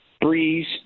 Breeze